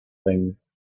things